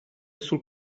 sul